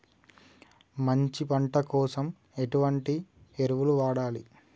మంచి పంట కోసం ఎటువంటి ఎరువులు వాడాలి?